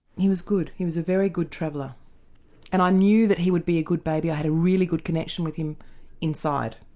he was good, he was very good traveller and i knew that he would be a good baby, i had a really good connection with him inside.